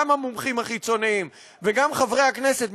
גם המומחים החיצוניים וגם חברי הכנסת,